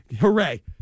Hooray